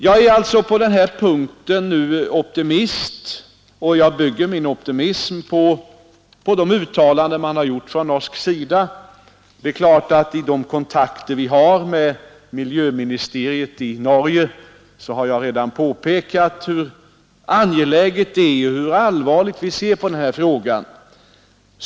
Jag är alltså på den här punkten nu optimistisk, och jag bygger min optimism på de uttalanden som gjorts från norsk sida. Vid de kontakter vi har med miljöministeriet i Norge har jag givetvis redan påpekat hur allvarligt vi ser på den här frågan.